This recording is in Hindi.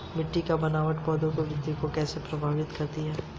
मिट्टी की बनावट पौधों की वृद्धि को कैसे प्रभावित करती है?